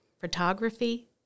photography